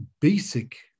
basic